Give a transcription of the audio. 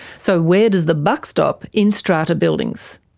so where does the buck stop in strata buildings?